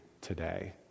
today